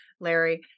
Larry